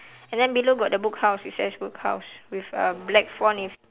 and then below got the book house book house with a black font with